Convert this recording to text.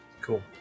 Cool